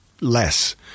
less